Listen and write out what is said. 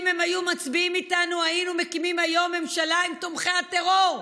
אם הם היו מצביעים איתנו היינו מקימים היום ממשלה עם תומכי הטרור.